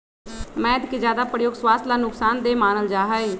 मैद के ज्यादा प्रयोग स्वास्थ्य ला नुकसान देय मानल जाहई